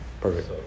Perfect